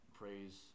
praise